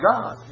God